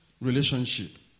relationship